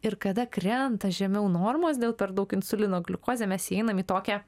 ir kada krenta žemiau normos dėl per daug insulino gliukozė mes įeinam į tokią